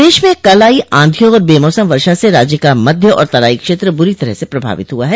प्रदेश में कल आई आंधी और बेमौसम वर्षा से राज्य का मध्य और तराई क्षेत्र बुरी तरह से प्रभावित हुआ है